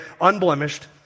unblemished